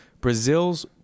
Brazil's